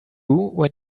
when